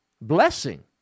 blessing